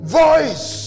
voice